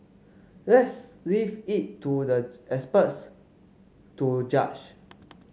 let's leave it to the experts to judge